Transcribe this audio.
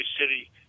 City